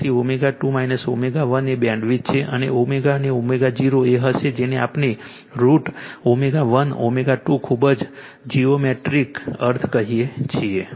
તેથી ω2 ω1 એ બેન્ડવિડ્થ છે અને ω અને ω0 એ હશે જેને આપણે √ ω1 ω2 ખૂબ જ જીઓમેટ્રિક અર્થ કહીએ છીએ